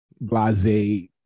blase